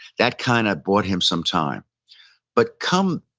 that kind of bought him some time but come,